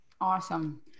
Awesome